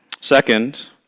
Second